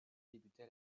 débuta